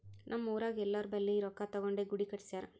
ನಮ್ ಊರಾಗ್ ಎಲ್ಲೋರ್ ಬಲ್ಲಿ ರೊಕ್ಕಾ ತಗೊಂಡೇ ಗುಡಿ ಕಟ್ಸ್ಯಾರ್